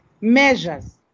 measures